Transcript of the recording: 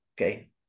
okay